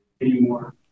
anymore